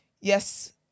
yes